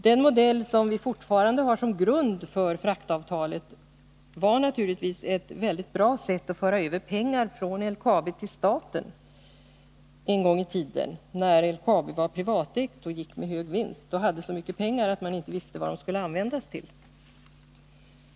Den modell som vi fortfarande har som grund för fraktavtalet var naturligtvis ett mycket bra sätt att föra över pengar från LKAB till staten en gång i tiden när LKAB var privatägt och gick med hög vinst, när man hade så mycket pengar att man inte visste vad de skulle användas till.